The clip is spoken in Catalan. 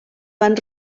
van